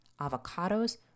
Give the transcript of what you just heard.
avocados